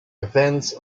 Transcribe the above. events